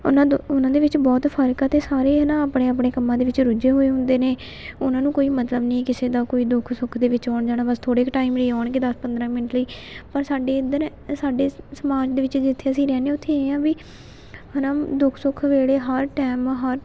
ਉਹਨਾਂ ਦ ਉਹਨਾਂ ਦੇ ਵਿੱਚ ਬਹੁਤ ਫਰਕ ਆ ਅਤੇ ਸਾਰੇ ਹੈ ਨਾ ਆਪਣੇ ਆਪਣੇ ਕੰਮਾਂ ਦੇ ਵਿੱਚ ਰੁੱਝੇ ਹੋਏ ਹੁੰਦੇ ਨੇ ਉਹਨਾਂ ਨੂੰ ਕੋਈ ਮਤਲਬ ਨਹੀਂ ਕਿਸੇ ਦਾ ਕੋਈ ਦੁੱਖ ਸੁੱਖ ਦੇ ਵਿੱਚ ਆਉਣ ਜਾਣਾ ਬਸ ਥੋੜ੍ਹੇ ਕੁ ਟਾਈਮ ਨਹੀਂ ਆਉਣਗੇ ਦਸ ਪੰਦਰਾਂ ਮਿੰਟ ਲਈ ਪਰ ਸਾਡੇ ਇੱਧਰ ਸਾਡੇ ਸਮਾਜ ਦੇ ਵਿੱਚ ਜਿੱਥੇ ਅਸੀਂ ਰਹਿੰਦੇ ਉੱਥੇ ਇਹ ਆ ਵੀ ਹੈ ਨਾ ਦੁੱਖ ਸੁੱਖ ਵੇਲੇ ਹਰ ਟੈਮ ਹਰ